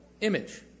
image